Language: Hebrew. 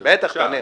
בטח, תענה.